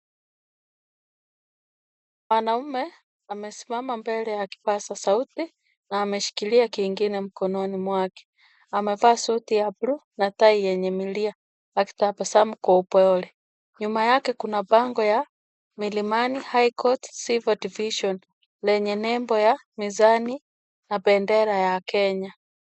Mwanaume amesimama mbele ya kipaza sauti na ameshikilia kingine mkononi mwake. amevaa suti ya buluu na tai yenye milia akitabasamu kwa upole. Nyuma yake kuna bango ya Milimani High court civil division lenye nembo ya mizani na bendera ya Kenya